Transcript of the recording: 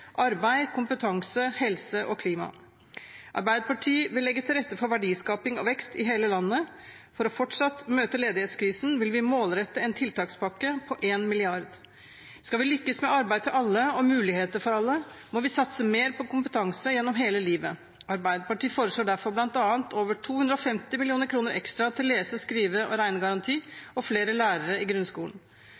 arbeid, kompetanse, helse og klima. Arbeiderpartiet vil legge til rette for verdiskaping og vekst i hele landet. For fortsatt å møte ledighetskrisen vil vi målrette en tiltakspakke på 1 mrd. kr. Skal vi lykkes med arbeid til alle og muligheter for alle, må vi satse mer på kompetanse gjennom hele livet. Arbeiderpartiet foreslår derfor bl.a. over 250 mill. kr ekstra til lese-, skrive- og regnegaranti og flere lærere i grunnskolen.